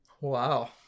Wow